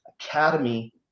academy